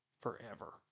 forever